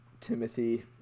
Timothy